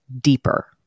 deeper